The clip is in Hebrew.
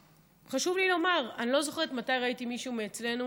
חשוב לי לומר, אני לא זוכרת מתי ראיתי מישהו אצלנו